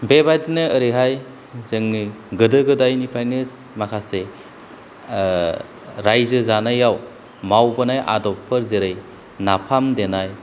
बेबादिनो ओरैहाय जोंनि गोदो गोदायनिफ्रायनो माखासे रायजो जानायाव मावबोनाय आदबफोर जेरै नाफाम देनाय